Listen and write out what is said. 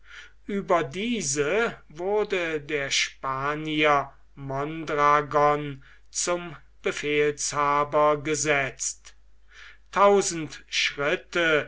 über diese wurde der spanier mondragon zum befehlshaber gesetzt tausend schritte